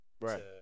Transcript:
right